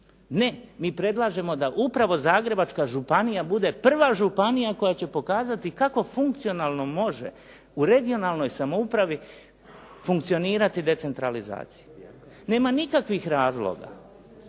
Ne, mi predlažemo da upravo Zagrebačka županija bude prva županija koja će pokazati kako funkcionalno može u regionalnoj samoupravi funkcionirati decentralizacija. Nema nikakvih razloga